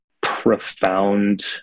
profound